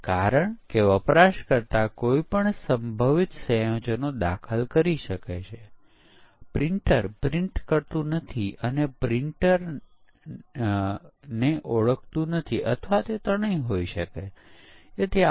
તેથી એ આયોજન ના કરલે સારી ગુણવત્તા વાળા આર્ટિફેક્ટ બનાવી શકીએ છીયે